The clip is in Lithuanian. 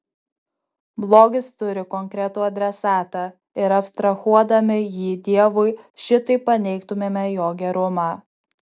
blogis turi konkretų adresatą ir abstrahuodami jį dievui šitaip paneigtumėme jo gerumą